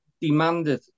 demanded